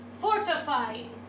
Fortifying